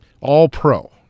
All-pro